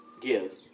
give